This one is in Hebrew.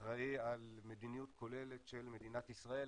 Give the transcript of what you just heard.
אחראי על מדיניות כוללת של מדינת ישראל.